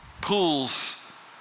pools